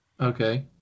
Okay